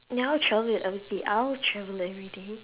ya I'll travel everyday I'll travel everyday